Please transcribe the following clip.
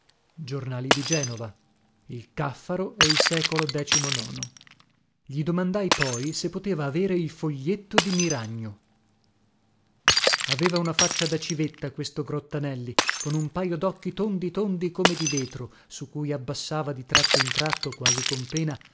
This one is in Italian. giornali di genova il caffaro e il ecolo gli domandai poi se potevo avere il foglietto di miragno aveva una faccia da civetta questo grottanelli con un pajo docchi tondi tondi come di vetro su cui abbassava di tratto in tratto quasi con pena